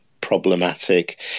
problematic